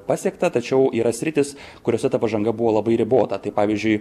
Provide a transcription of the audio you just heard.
pasiekta tačiau yra sritys kuriose ta pažanga buvo labai ribota tai pavyzdžiui